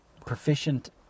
proficient